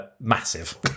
massive